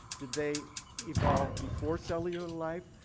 did they evolve before cellular life?